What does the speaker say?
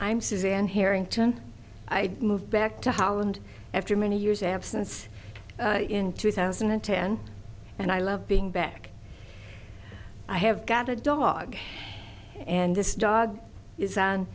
i'm suzanne harrington i moved back to holland after many years absence in two thousand and ten and i love being back i have got a dog and this dog is